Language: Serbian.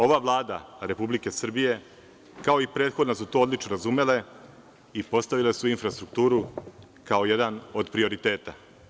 Ova Vlada Republike Srbije, kao i prethodna, to odlično razume i postavila je infrastrukturu kao jedan od prioriteta.